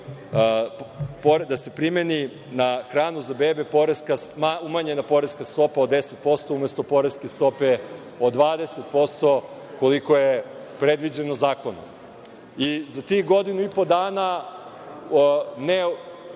da se primeni na hranu za bebe umanjena poreska stopa od 10%, umesto poreske stope od 20%, koliko je predviđeno zakonom. Za tih godinu i po dana, ne